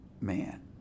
man